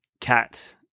cat